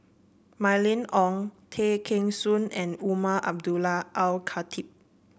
Mylene Ong Tay Kheng Soon and Umar Abdullah Al Khatib